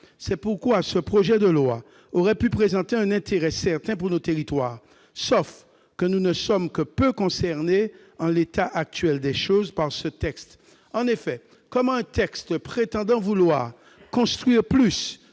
C'est pourquoi ce projet de loi aurait pu présenter un intérêt certain pour nos territoires. Or nous ne sommes que peu concernés, en l'état actuel des choses, par ce texte. En effet, comment un texte prétendant vouloir « construire plus,